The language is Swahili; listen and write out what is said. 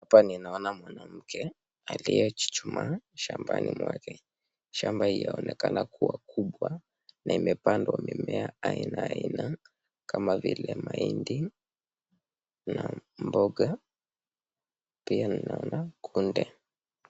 Hapa ninaona mwanamke aliye chuchuma shambani mwake, shamba hii yaonekana kuwa kubwa, na imepandwa mimea aina aina kama vile mahindi, na mboga pia ninaona kunde.